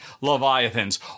Leviathans